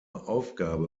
aufgabe